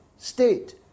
state